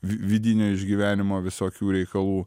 vi vidinio išgyvenimo visokių reikalų